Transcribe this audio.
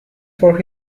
for